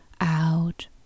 Out